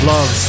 Love